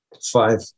five